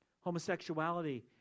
homosexuality